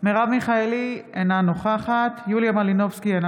מרב מיכאלי, אינה נוכחת